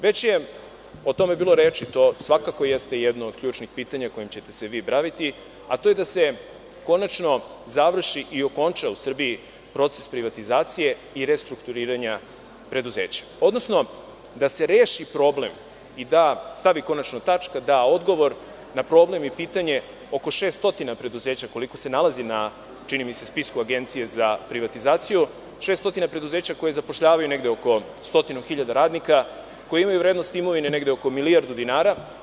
Već je o tome bilo reči, to svakako jeste jedno od ključnih pitanja, kojim ćete se vi baviti, a to je da se konačno završi i okonča u Srbiji proces privatizacije i restrukturiranja preduzeća, odnosno da se reši problem i da stavi konačno tačka, da odgovor na problem i pitanje oko 600 preduzeća, koliko se nalazi na, čini mi se, spisku Agencije za privatizaciju, 600 preduzeća koja zapošljavaju negde oko stotinu hiljada radnika, koji imaju vrednost imovine negde oko milijardu dinara.